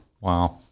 Wow